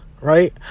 right